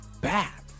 bad